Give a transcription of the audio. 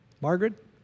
Margaret